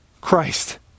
Christ